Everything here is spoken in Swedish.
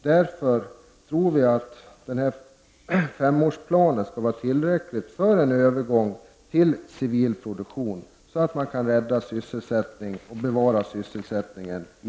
Vi tror att 5-årsplanen skall vara tillräcklig för en övergång till civilproduktion så att man kan rädda och bevara sysselsättningen i